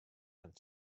and